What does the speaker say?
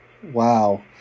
Wow